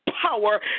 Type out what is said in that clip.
power